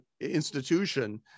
institution